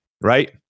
right